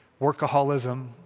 workaholism